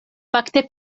fakte